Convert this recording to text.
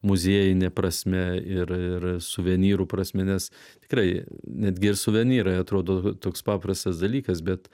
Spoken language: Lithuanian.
muziejine prasme ir ir suvenyrų prasme nes tikrai netgi ir suvenyrai atrodo toks paprastas dalykas bet